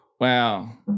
Wow